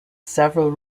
several